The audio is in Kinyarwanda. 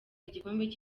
igikombe